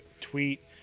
tweet